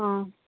ꯑꯥ